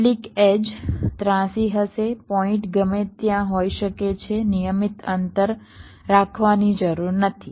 કેટલીક એડ્જ ત્રાંસી હશે પોઇન્ટ ગમે ત્યાં યોગ્ય હોઈ શકે છે નિયમિત અંતર રાખવાની જરૂર નથી